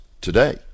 today